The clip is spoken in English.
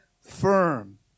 firm